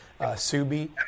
Subi